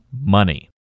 money